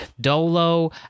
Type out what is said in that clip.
Dolo